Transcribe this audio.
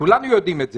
כולנו יודעים את זה.